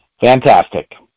Fantastic